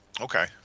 Okay